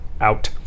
out